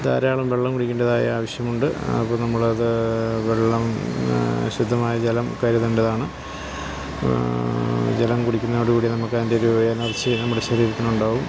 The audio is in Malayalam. ധാരാളം വെള്ളം കുടിക്കേണ്ടതായ ആവശ്യമുണ്ട് അപ്പം നമ്മളത് വെള്ളം ശുദ്ധമായ ജലം കരുതേണ്ടതാണ് ജലം കുടിക്കുന്നതോടുകൂടി നമുക്കതിൻ്റെ ഒരു എനർജി നമ്മുടെ ശരീരത്തിനുണ്ടാകും